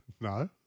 no